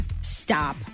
Stop